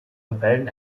rebellen